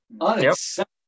Unacceptable